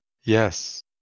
yes